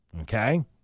Okay